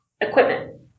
equipment